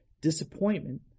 Disappointment